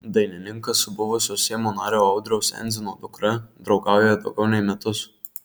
dainininkas su buvusio seimo nario audriaus endzino dukra draugauja daugiau nei metus